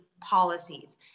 policies